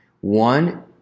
one